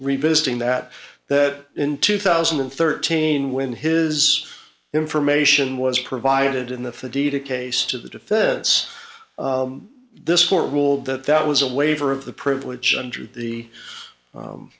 revisiting that that in two thousand and thirteen when his information was provided in the fajita case to the defense this court ruled that that was a waiver of the privilege under the